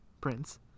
prince